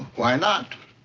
why not?